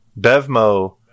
Bevmo